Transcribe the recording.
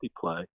play